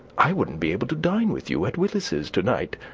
i wouldn't be able to dine with you at willis's to night,